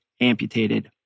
amputated